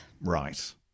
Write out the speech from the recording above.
Right